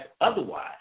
otherwise